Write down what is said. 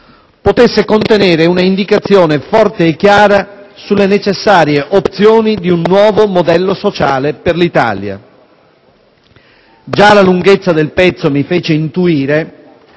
potesse contenere un'indicazione forte e chiara sulle necessarie opzioni di un nuovo modello sociale per l'Italia. Già la lunghezza del pezzo mi fece intuire